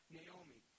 Naomi